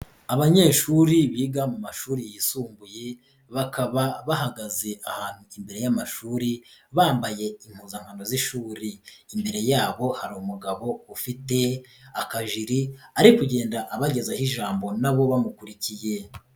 Abanyeshuri biga mu mashuri yisumbuye bakaba bahagaze ahantu imbere y'amashuri bambaye impuzankano z'ishuri, imbere yabo hari umugabo ufite akajiri ari kugenda abagezaho ijambo na bo bamukurikiye.